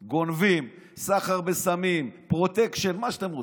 גונבים, סחר בסמים, פרוטקשן ומה שאתם רוצים.